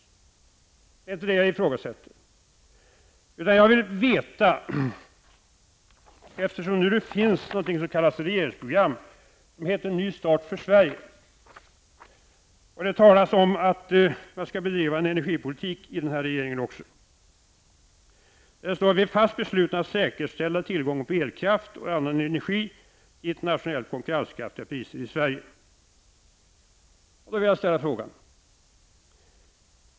Det är inte det jag ifrågasätter. Det finns nu något som kallas regeringsprogram och som heter Ny start för Sverige, och det talas om att det skall bedrivas en energipolitik i denna regering. I programmet framkommer det att denna regering skall vara fast besluten att säkerställa tillgången på elkraft och annan energi till internationellt konkurrenskraftiga priser i Sverige.